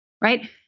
Right